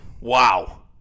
Wow